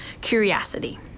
curiosity